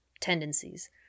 tendencies